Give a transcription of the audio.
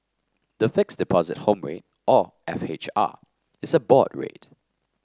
the Fixed Deposit Home Rate or F H R is a board rate